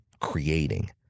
creating